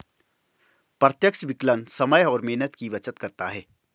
प्रत्यक्ष विकलन समय और मेहनत की बचत करता है